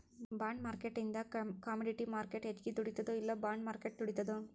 ಬಾಂಡ್ಮಾರ್ಕೆಟಿಂಗಿಂದಾ commodity market ಹೆಚ್ಗಿ ದುಡಿತದೊ ಇಲ್ಲಾ ಬಾಂಡ್ ಮಾರ್ಕೆಟ್ ದುಡಿತದೊ?